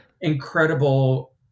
incredible